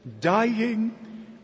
dying